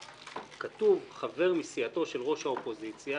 כתוב: "חבר מסיעתו של ראש האופוזיציה,